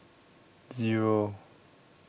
Zero